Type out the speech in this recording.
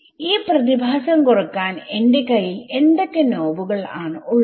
ഈ പ്രതിഭാസം കുറക്കാൻ എന്റെ കയ്യിൽ എന്തൊക്കെ നോബുകൾ ആണ് ഉള്ളത്